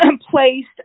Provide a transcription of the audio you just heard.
placed